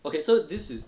okay so this is